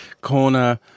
Corner